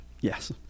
yes